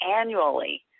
annually